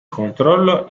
controllo